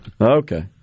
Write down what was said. Okay